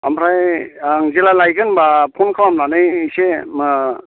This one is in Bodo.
ओमफ्राय आं जेब्ला लायगोन होनबा फ'न खालामनानै इसे ओ